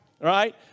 Right